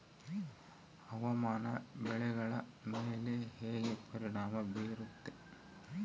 ಹವಾಮಾನ ಬೆಳೆಗಳ ಮೇಲೆ ಹೇಗೆ ಪರಿಣಾಮ ಬೇರುತ್ತೆ?